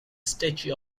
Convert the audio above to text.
statue